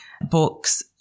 books